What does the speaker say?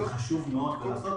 זה חושב מאוד לעשות,